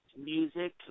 music